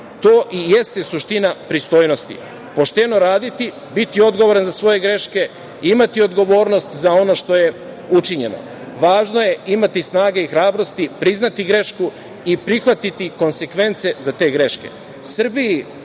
to i jeste suština pristojnosti. Pošteno raditi, biti odgovoran za svoje greške, imati odgovornost za ono što je učinjeno. Važno je imati snage i hrabrosti, priznati grešku i prihvatiti konsekvence za te greške. Srbiji